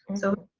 so,